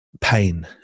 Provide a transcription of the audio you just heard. pain